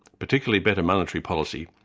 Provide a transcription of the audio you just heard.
particularly better monetary policy,